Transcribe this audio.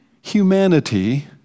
humanity